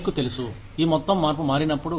మీకు తెలుసు ఈ మొత్తం మార్పు మారినప్పుడు